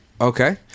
okay